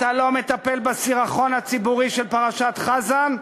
אתה לא מטפל בסירחון הציבורי של פרשת חזן,